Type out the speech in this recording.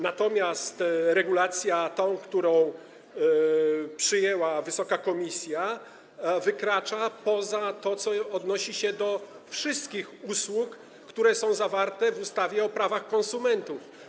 Natomiast regulacja, którą przyjęła wysoka komisja, wykracza poza to, co odnosi się do wszystkich usług, które są zawarte w ustawie o prawach konsumentów.